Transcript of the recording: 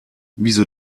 wieso